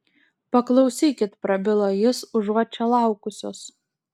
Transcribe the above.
paklausykit prabilo jis užuot čia laukusios